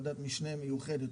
ועדת משנה מיוחדת,